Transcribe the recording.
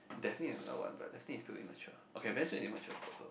daphne is another one but daphne is too immature okay ben's friend is also immature also so